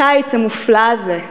הקיץ המופלא הזה,